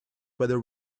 whether